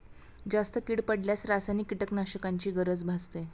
जास्त कीड पडल्यास रासायनिक कीटकनाशकांची गरज भासते